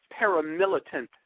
paramilitant